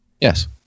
Yes